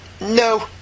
No